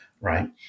right